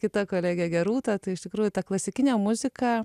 kita kolegė gerūta tai iš tikrųjų ta klasikinė muzika